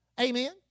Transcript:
Amen